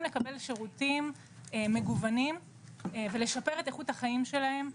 לקבל שירותים מגוונים ולשפר את איכות החיים שלהם,